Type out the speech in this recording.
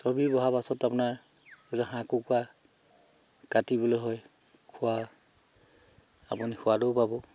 চৰ্বি বঢ়া পাছত আপোনাৰ হাঁহ কুকুৰা কাটিবলৈ হয় খোৱা আপুনি সোৱাদো পাব